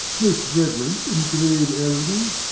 most reverend and grave elders,